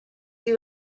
you